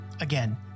Again